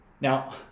now